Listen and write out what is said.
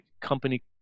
company